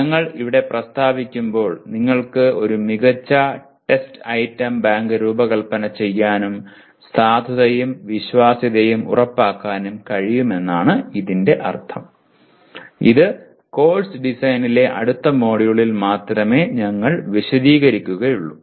ഞങ്ങൾ ഇവിടെ പ്രസ്താവിക്കുമ്പോൾ നിങ്ങൾക്ക് ഒരു മികച്ച ടെസ്റ്റ് ഐറ്റം ബാങ്ക് രൂപകൽപ്പന ചെയ്യാനും സാധുതയും വിശ്വാസ്യതയും ഉറപ്പാക്കാനും കഴിയുമെന്നാണ് ഇതിനർത്ഥം ഇത് കോഴ്സ് ഡിസൈനിലെ അടുത്ത മൊഡ്യൂളിൽ മാത്രമേ ഞങ്ങൾ വിശദീകരിക്കുകയുള്ളൂ